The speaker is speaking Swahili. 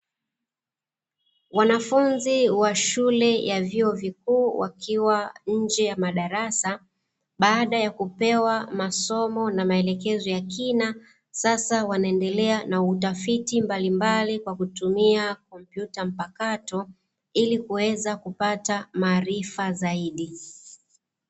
Wanafunzi wa elimu ya chuo kikuu wakiwa nje ya madarasa, baada ya kupewa masomo naa maelekezo ya kina, sasa wanaendelea na utafiti mbalimbali kwakutumia komputa mpakato ili kuweza kupata maarifa zaidi.